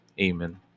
Amen